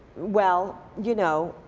well, you know,